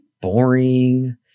boring